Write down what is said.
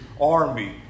army